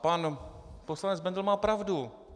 Pan poslanec Bendl má pravdu.